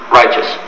righteous